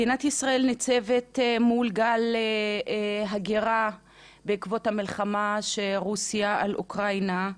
מדינת ישראל ניצבת מול גל הגירה בעקבות המלחמה של רוסיה באוקראינה.